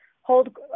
hold